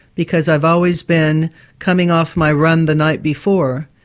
because i've always been coming off my run the night before.